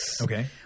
Okay